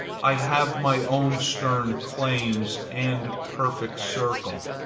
i have my own stern claims and perfect circle.